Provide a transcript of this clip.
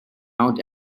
mount